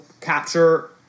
capture